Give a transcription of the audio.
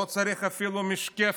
לא צריך אפילו משקפת,